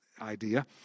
idea